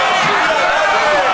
מה זה?